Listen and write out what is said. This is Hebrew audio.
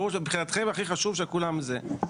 ברור שמבחינתכם הכי חשוב שכולם זה.